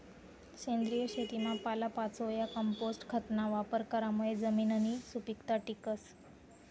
सेंद्रिय शेतीमा पालापाचोया, कंपोस्ट खतना वापर करामुये जमिननी सुपीकता टिकस